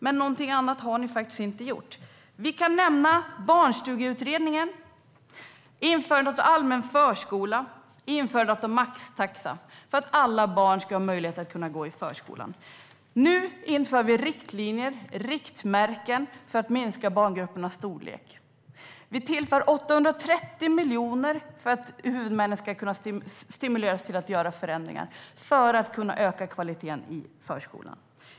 Men någonting annat har ni faktiskt inte gjort. Jag kan nämna Barnstugeutredningen, införandet av allmän förskola, införandet av maxtaxa för att alla barn ska ha möjlighet att gå i förskolan. Nu inför vi riktlinjer för att minska barngruppernas storlek. Vi tillför 830 miljoner för att huvudmännen ska kunna stimuleras till att göra förändringar som ökar kvaliteten i förskolan.